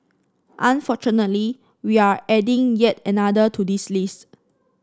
unfortunately we're adding yet another to this list